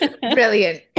Brilliant